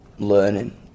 learning